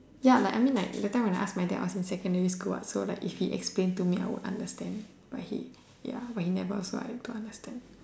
ya like I mean like that time when I ask I was in secondary school what so like if she explain to me I would understand but he ya but he never so I don't understand